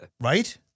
Right